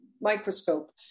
microscope